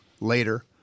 later